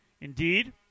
Indeed